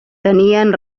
tenien